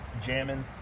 jamming